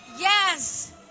Yes